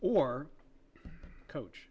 or coach